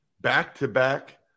Back-to-back